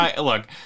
look